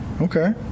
Okay